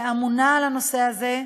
שאמונה על הנושא הזה,